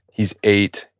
he's eight.